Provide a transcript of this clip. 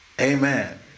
Amen